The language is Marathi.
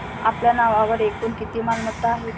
आपल्या नावावर एकूण किती मालमत्ता आहेत?